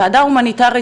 הוועדה ההומניטארית,